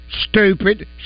stupid